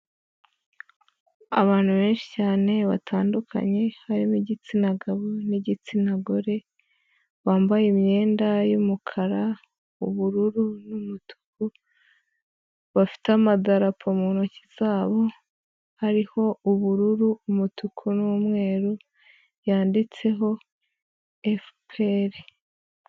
Abantu benshi cyane batandukanye, harimo igitsina gabo n'igitsina gore, bambaye imyenda y'umukara, ubururu n'umutuku, bafite amadarapo mu ntoki zabo, hariho ubururu, umutuku n'umweru, yanditseho FPR.